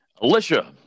alicia